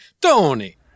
Tony